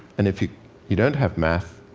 and if you you don't have math,